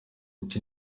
iki